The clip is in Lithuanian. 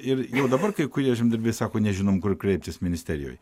ir jau dabar kai kurie žemdirbiai sako nežinom kur kreiptis ministerijoj